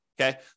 Okay